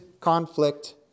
conflict